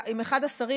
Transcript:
עם אחד השרים,